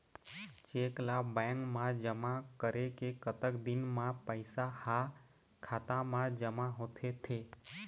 Cheque ला bank मा जमा करे के कतक दिन मा पैसा हा खाता मा जमा होथे थे?